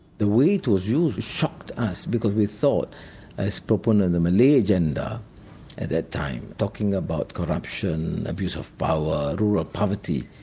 the way it was used shocked us because we thought as proper of and and the malay agenda, at that time, talking about corruption, abuse of power, rural poverty,